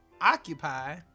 Occupy